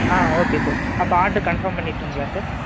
ஆ okay sir அப்போ order confirm பண்ணிட்டுங்களா sir